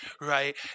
right